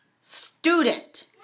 student